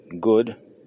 good